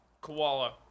koala